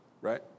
right